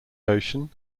ocean